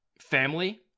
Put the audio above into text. family